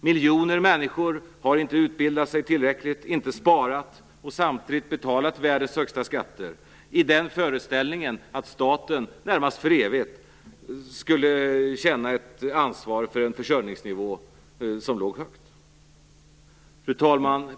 Miljoner människor har inte utbildat sig tillräckligt, inte sparat och samtidigt betalat världens högsta skatter i föreställningen att staten närmast för evigt skulle känna ansvar för en försörjningsnivå som låg högt. Fru talman!